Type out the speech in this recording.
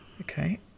Okay